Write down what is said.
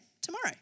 tomorrow